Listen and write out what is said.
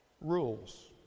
rules